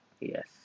Yes